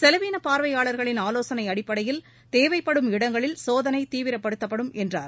செலவீனப் பார்வையாளர்களின் ஆலோசனை அடிப்படையில் தேவைப்படும் இடங்களில் சோதனை தீவிரப்படுத்தப்படும் என்றார்